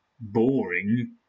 boring